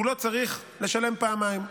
הוא לא צריך לשלם פעמיים.